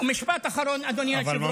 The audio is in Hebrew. משפט אחרון, אדוני היושב-ראש.